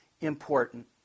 important